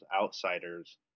outsiders